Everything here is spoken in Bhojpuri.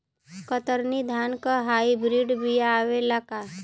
कतरनी धान क हाई ब्रीड बिया आवेला का?